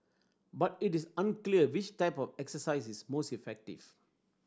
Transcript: but it is unclear which type of exercise is most effective